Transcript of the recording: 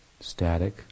Static